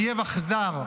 אויב אכזר,